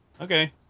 Okay